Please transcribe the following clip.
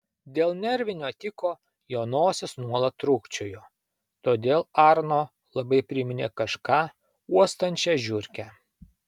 dėl nervinio tiko jo nosis nuolat trūkčiojo todėl arno labai priminė kažką uostančią žiurkę